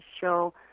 show